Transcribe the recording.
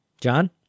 John